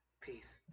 Peace